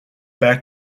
back